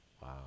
Wow